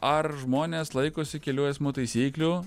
ar žmonės laikosi kelių eismo taisyklių